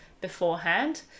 beforehand